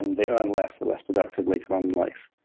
and they earn less, they're less productive later on in life.